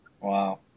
Wow